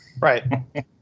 right